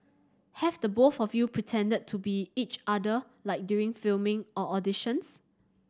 have the both of you pretended to be each other like during filming or auditions